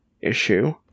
issue